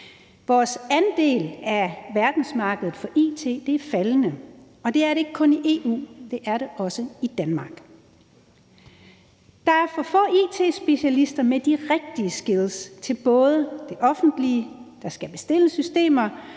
Vores andel af verdensmarkedet for it er faldende, og det er det er det ikke kun i Eu, det er det også i Danmark. Der er for få it-specialister med de rigtige skills til både det offentlige, der skal bestille systemer